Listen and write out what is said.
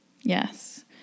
Yes